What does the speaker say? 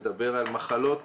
מדבר על מחלות,